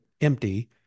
empty